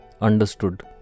understood